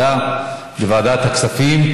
יעבור לוועדת הכספים,